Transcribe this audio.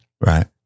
Right